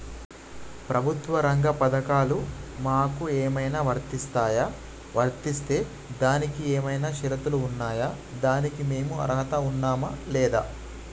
ప్రభుత్వ రంగ పథకాలు మాకు ఏమైనా వర్తిస్తాయా? వర్తిస్తే దానికి ఏమైనా షరతులు ఉన్నాయా? దానికి మేము అర్హత ఉన్నామా లేదా?